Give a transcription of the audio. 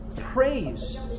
praise